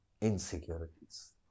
insecurities